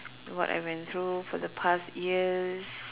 what I went through for the past years